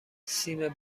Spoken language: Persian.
سیم